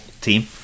team